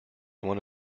one